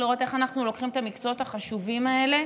לראות איך אנחנו לוקחים את המקצועות החשובים האלה